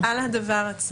על הדבר עצמו.